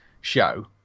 show